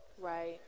Right